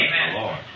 Amen